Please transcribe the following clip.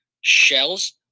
shells